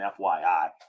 FYI